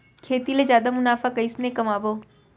खेती ले जादा मुनाफा कइसने कमाबो?